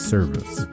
Service